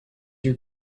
your